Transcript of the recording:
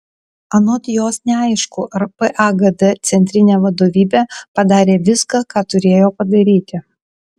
anot jos neaišku ar pagd centrinė vadovybė padarė viską ką turėjo padaryti